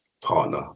partner